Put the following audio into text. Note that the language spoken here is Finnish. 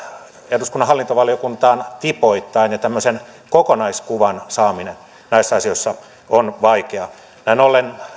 eduskunnan hallintovaliokuntaan tipoittain ja tämmöisen kokonaiskuvan saaminen näissä asioissa on vaikeaa näin ollen